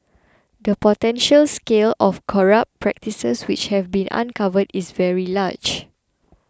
the potential scale of corrupt practices which have been uncovered is very large